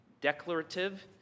declarative